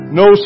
no